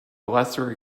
lesser